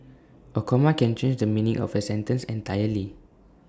A comma can change the meaning of A sentence entirely